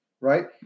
right